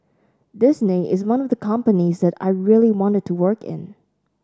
Disney is one of the companies that I really wanted to work in